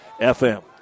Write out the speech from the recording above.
FM